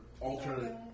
alternate